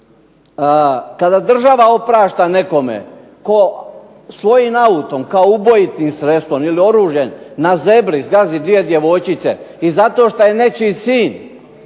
Kada država oprašta nekome tko svojim autom kao ubojitim sredstvom ili oružjem na zebri zgazi dvije djevojčice i zato šta je nečiji sin